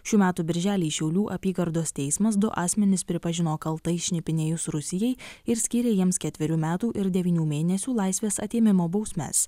šių metų birželį šiaulių apygardos teismas du asmenis pripažino kaltais šnipinėjus rusijai ir skyrė jiems ketverių metų ir devynių mėnesių laisvės atėmimo bausmes